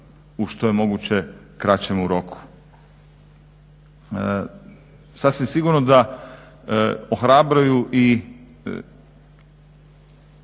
u što je moguće kraćemu roku. Sasvim sigurno da ohrabruju i